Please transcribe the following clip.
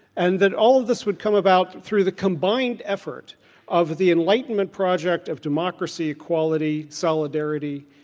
and that all of this would come about through the combined effort of the enlightenment project of democracy, equality, solidarity,